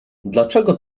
dlaczego